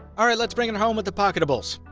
alright, let's bring it home with the pocketables.